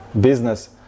business